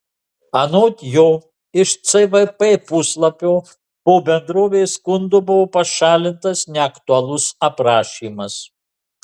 anot jo iš cvp puslapio po bendrovės skundo buvo pašalintas neaktualus aprašymas